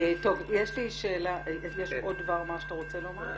יש לי שאלה יש עוד דבר מה שאתה רוצה לומר?